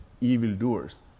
evildoers